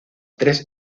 tres